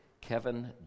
Kevin